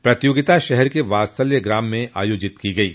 यह प्रतियोगिता शहर के वात्सल्य ग्राम मे आयोजित की गयी